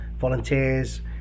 volunteers